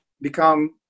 become